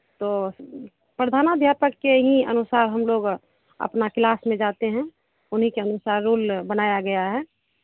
तो प्रधानाध्यापक के ही अनुसार हम लोग अपना क्लास में जाते हैं उन्हीं के अनुसार रूल बनाया गया है